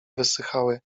wysychały